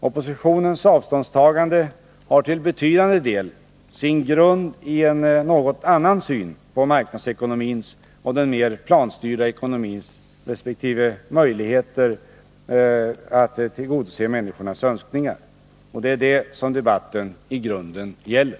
Oppositionens avståndstagande har till betydande del sin grund i en något annan syn på marknadsekonomins och den mer planstyrda ekonomins resp. möjligheter att tillgodose människornas Önskningar. Det är det som debatten i grunden gäller.